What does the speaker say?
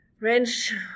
range